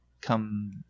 come